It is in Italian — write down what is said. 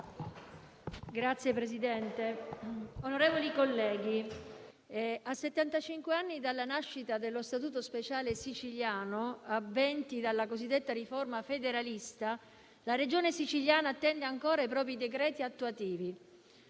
Signor Presidente, onorevoli colleghi, a settantacinque anni dalla nascita dello Statuto speciale siciliano e a venti dalla cosiddetta riforma federalista, la Regione Sicilia attende ancora i propri decreti attuativi.